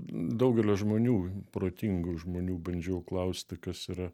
daugelio žmonių protingų žmonių bandžiau klausti kas yra